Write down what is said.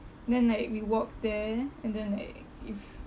then like we walked there and then like if